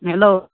hello